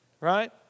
Right